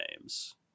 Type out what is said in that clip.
names